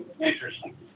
Interesting